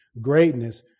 greatness